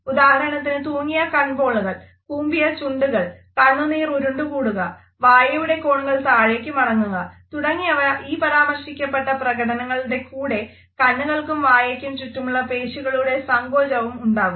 ഉദാഹരണത്തിന് തൂങ്ങിയ കൺപോളകൾ കൂമ്പിയ ചുണ്ടുകൾ കണ്ണുനീർ ഉരുണ്ടുകൂടുക വായയുടെ കോണുകൾ താഴേയ്ക്ക് തൂങ്ങുക തുടങ്ങിയവ ഈ പരാമർശിക്കപ്പെട്ട പ്രകടനങ്ങളുടെ കൂടെ കണ്ണുകൾക്കും വായയ്ക്കും ചുറ്റുമുള്ള പേശികളുടെ സങ്കോചവും ഉണ്ടാകുന്നു